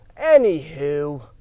anywho